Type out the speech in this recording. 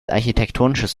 architektonisches